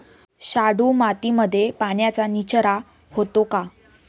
शाडू मातीमध्ये पाण्याचा निचरा होतो का?